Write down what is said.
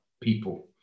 people